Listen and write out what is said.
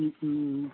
ও ও